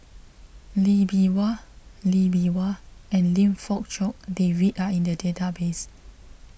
Lee Bee Wah Lee Bee Wah and Lim Fong Jock David are in the database